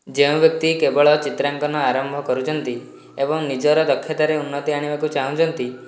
ଯେଉଁ ବ୍ୟକ୍ତି କେବଳ ଚିତ୍ରାଙ୍କନ ଆରମ୍ଭ କରୁଛନ୍ତି ଏବଂ ନିଜର ଦକ୍ଷତାରେ ଉନ୍ନତି ଆଣିବାକୁ ଚାହୁଁଛନ୍ତି